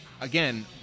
again